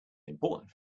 important